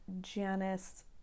Janice